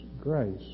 grace